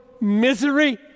misery